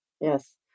Yes